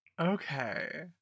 Okay